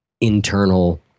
internal